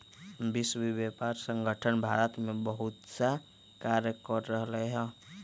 विश्व व्यापार संगठन भारत में बहुतसा कार्य कर रहले है